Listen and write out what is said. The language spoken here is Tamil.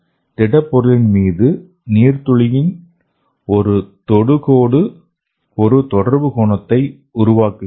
திடப்பொருளின் மீது நீர்த்துளியின் ஒரு தொடுகோடு ஒரு தொடர்பு கோணத்தை உருவாக்குகிறது